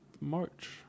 March